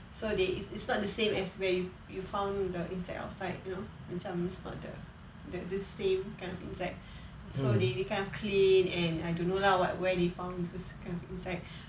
so they it's it's not the same as where you found the insect outside you know macam it's not the the same kind of insect so they kind of clean and I don't know lah what where they found those kind of insect